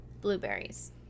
blueberries